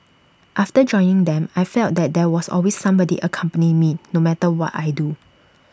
after joining them I felt that there was always somebody accompanying me no matter what I do